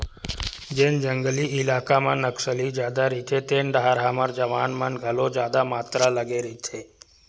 जेन जंगली इलाका मन म नक्सली जादा रहिथे तेन डाहर हमर जवान मन घलो जादा मातरा लगे रहिथे